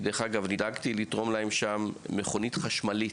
דרך אגב, אני דאגתי לתרום להם שם מכונית חשמלית,